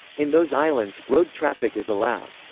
in those islands, road traffic is allowed.